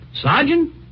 Sergeant